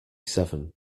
seven